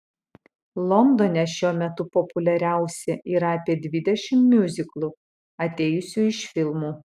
londone šiuo metu populiariausi yra apie dvidešimt miuziklų atėjusių iš filmų